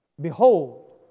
Behold